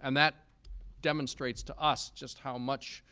and that demonstrates to us just how much